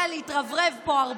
שם אחד שיודע להתרברב פה הרבה,